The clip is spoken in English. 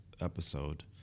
episode